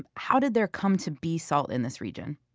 and how did there come to be salt in this region?